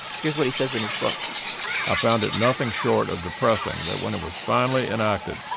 here's what he says in his book i found it nothing short of depressing that, when it was finally enacted,